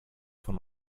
von